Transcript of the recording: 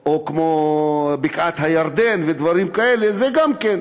או כמו בקעת-הירדן, ודברים כאלה, זה גם כן.